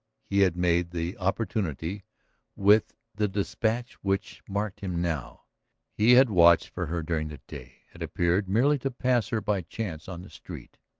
he had made the opportunity with the despatch which marked him now he had watched for her during the day, had appeared merely to pass her by chance on the street,